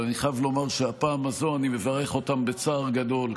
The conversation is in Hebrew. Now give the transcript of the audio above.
אבל אני חייב לומר שהפעם הזאת אני מברך אותם בצער גדול,